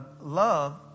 love